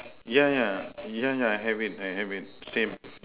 yeah yeah yeah yeah I have it I have it same